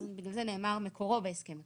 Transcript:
אז בגלל זה נאמר "מקורו בהסכם הקיבוצי",